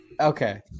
Okay